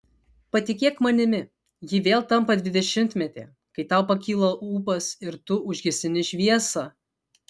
patikėk manimi ji vėl tampa dvidešimtmetė kai tau pakyla ūpas ir tu užgesini šviesą